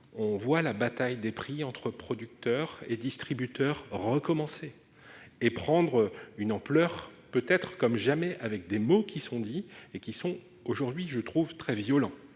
on voit la bataille des prix entre producteurs et distributeurs recommencer et prendre une ampleur peut-être comme jamais avec des mots qui sont dits et qui sont, aujourd'hui, je trouve très violent,